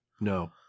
No